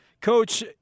Coach